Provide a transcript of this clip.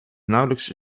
nauwelijks